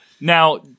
Now